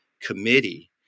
committee